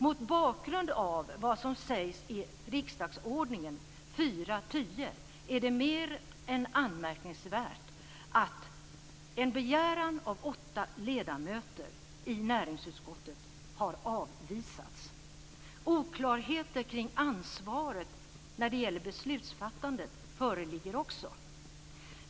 Mot bakgrund av vad som sägs i riksdagsordningen, 4:10, är det mer än anmärkningsvärt att en begäran av åtta ledamöter i näringsutskottet har avvisats. Oklarheter kring ansvaret när det gäller beslutsfattandet föreligger också.